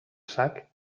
sac